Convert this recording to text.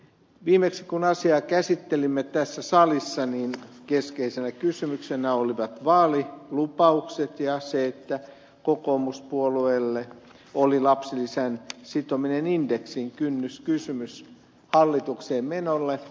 viimeksi kun asiaa käsittelimme tässä salissa keskeisenä kysymyksenä olivat vaalilupaukset ja se että kokoomuspuolueelle oli lapsilisän sitominen indeksiin kynnyskysymys hallitukseen menolle